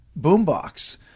boombox